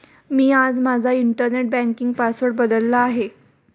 मी आज माझा internet banking password बदलला आहे